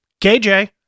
KJ